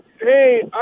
Hey